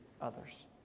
others